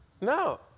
No